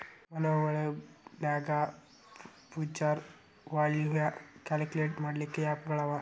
ಮಒಬೈಲ್ನ್ಯಾಗ್ future value calculate ಮಾಡ್ಲಿಕ್ಕೆ app ಗಳವ